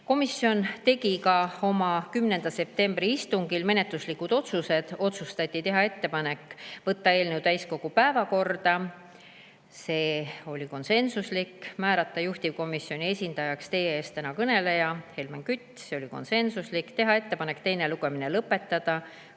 Komisjon tegi oma 10. septembri istungil ka menetluslikud otsused. Otsustati teha ettepanek võtta eelnõu täiskogu päevakorda, see oli konsensuslik otsus; määrata juhtivkomisjoni esindajaks teie ees kõneleja ehk Helmen Kütt, ka see oli konsensuslik; teha ettepanek teine lugemine lõpetada,